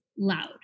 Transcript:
loud